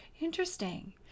interesting